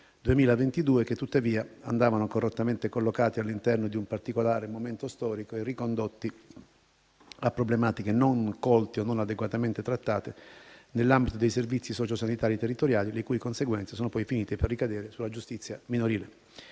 2022, che tuttavia andavano correttamente collocati all'interno di un particolare momento storico e ricondotti a problematiche non colte o non adeguatamente trattate nell'ambito dei servizi sociosanitari territoriali, le cui conseguenze hanno poi finito per ricadere sulla giustizia minorile.